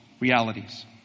realities